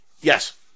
Yes